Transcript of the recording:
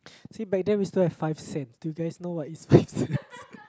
see back then we still have five cents do you guys know what is five cents